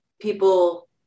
people